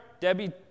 Debbie